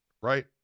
right